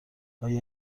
آیا